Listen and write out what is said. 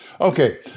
Okay